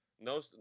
No